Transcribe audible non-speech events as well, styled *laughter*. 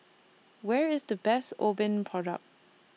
Where IS The Best *unintelligible* Product